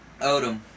Odom